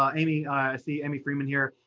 um amy, i see amy freeman here.